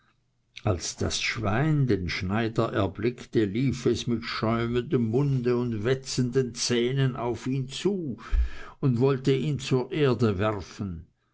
als das schwein den schneider erblickte lief es mit schäumendem munde und wetzenden zähnen auf ihn zu und wollte ihn zur erde werfen